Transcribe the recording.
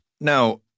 Now